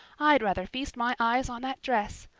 i'd rather feast my eyes on that dress.